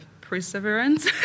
perseverance